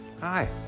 hi